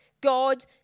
God